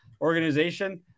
organization